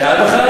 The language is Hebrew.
שאת בחרת?